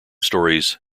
stories